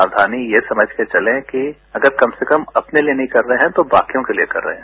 सावधानी ये समझ के चलें कि अगर कम से कम अपने लिए नहीं कर रहे हैं तो बाकियों के लिए कर रहे हैं